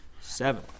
Seven